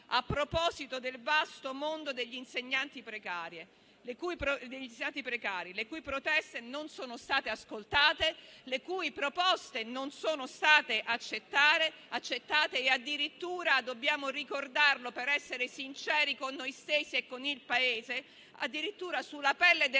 a proposito del vasto mondo degli insegnanti precari, le cui proteste non sono state ascoltate, le cui proposte non sono state accettate. Addirittura - dobbiamo ricordarlo, per essere sinceri con noi stessi e con il Paese - sulla pelle delle